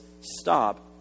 stop